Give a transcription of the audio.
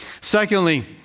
Secondly